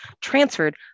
transferred